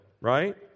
right